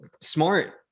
smart